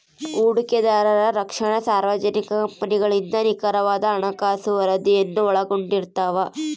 ಹೂಡಿಕೆದಾರರ ರಕ್ಷಣೆ ಸಾರ್ವಜನಿಕ ಕಂಪನಿಗಳಿಂದ ನಿಖರವಾದ ಹಣಕಾಸು ವರದಿಯನ್ನು ಒಳಗೊಂಡಿರ್ತವ